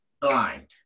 blind